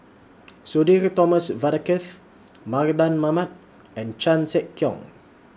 Sudhir Thomas Vadaketh Mardan Mamat and Chan Sek Keong